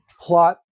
plot